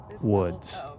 woods